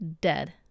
dead